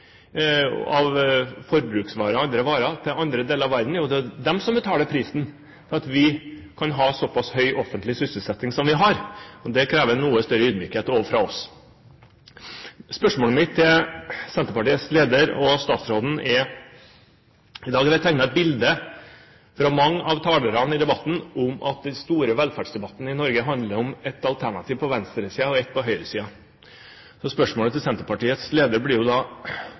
av forbruksvarer og andre varer til andre deler av verden. Det er jo de som betaler prisen for at vi kan ha en såpass høy offentlig sysselsetting som vi har. Det krever en noe større ydmykhet fra oss. Spørsmålet mitt til Senterpartiets leder og statsråden dreier seg om at det i dag av mange av talerne i debatten er tegnet et bilde av at den store velferdsdebatten i Norge handler om ett alternativ på venstresiden og ett på høyresiden. Spørsmålet til Senterpartiets leder blir da: